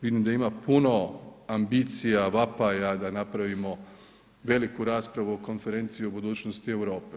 Vidim da ima puno ambicija, vapaja da napravimo veliku raspravu o Konferenciji o budućnosti Europe.